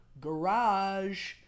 Garage